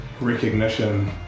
recognition